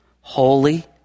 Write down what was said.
holy